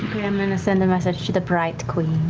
i'm going to send the message to the bright queen.